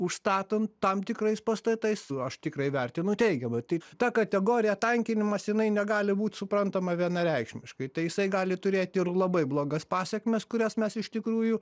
užstatant tam tikrais pastatais aš tikrai vertinu teigiamai tai ta kategorija tankinimas jinai negali būt suprantama vienareikšmiškai tai jisai gali turėt ir labai blogas pasekmes kurias mes iš tikrųjų